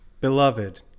Beloved